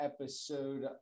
episode